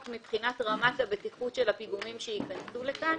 מבחינת רמת הבטיחות של הפיגומים שייכנסו לכאן.